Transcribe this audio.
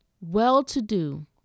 well-to-do